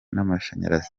n’amashanyarazi